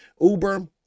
uber